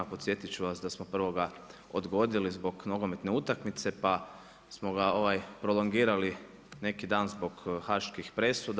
Podsjetit ću vas da smo prvoga odgodili zbog nogometne utakmice, pa smo ga prolongirali neki dan zbog haških presuda.